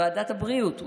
ועדת הבריאות,